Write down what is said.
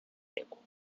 cable